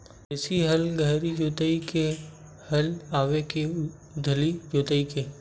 देशी हल गहरी जोताई के हल आवे के उथली जोताई के?